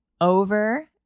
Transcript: over